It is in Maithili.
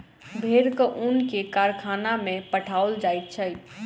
भेड़क ऊन के कारखाना में पठाओल जाइत छै